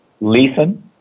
Leeson